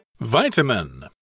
vitamin